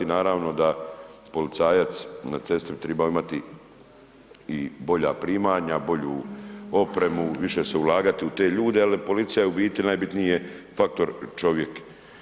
Naravno da policajac na cesti bi tribao imati i bolja primanja, bolju opremu, više se ulagati u te ljude jer policija je u biti najbitniji je faktor čovjek.